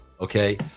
Okay